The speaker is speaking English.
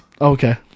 Okay